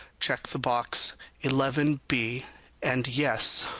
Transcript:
check the box eleven b and yes.